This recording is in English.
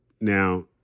Now